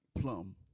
Plum